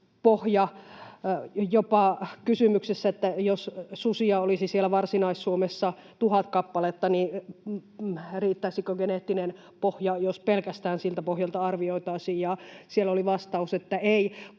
jopa kysymyksessä, että jos susia olisi siellä Varsinais-Suomessa tuhat kappaletta, niin riittäisikö geneettinen pohja, jos pelkästään siltä pohjalta arvioitaisiin, ja siellä oli vastaus, että ei,